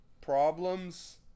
Problems